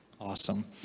Awesome